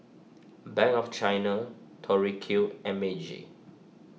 Bank of China Tori Q and Meiji